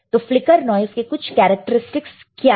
तो flicker noise के कुछ कैरेक्टरस्टिक्स क्या है